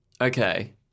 Okay